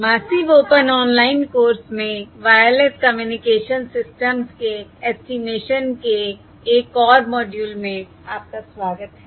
massive open online course में wireless communication systems के estimation के एक और मॉड्यूल में आपका स्वागत है